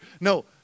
No